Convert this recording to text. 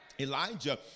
Elijah